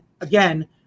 again